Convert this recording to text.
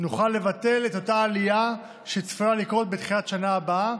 נוכל לבטל את אותה עלייה שצפויה לקרות בתחילת השנה הבאה,